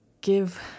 give